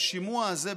השימוע הזה,